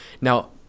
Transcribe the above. Now